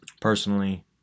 personally